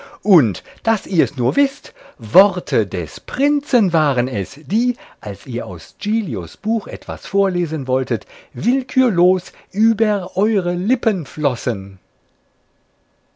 und daß ihr's nur wißt worte des prinzen waren es die als ihr aus giglios buch etwas vorlesen wolltet willkürlos über eure lippen flossen